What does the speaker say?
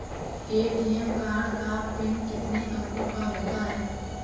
ATM card का पिन कितने अंकों का होता है?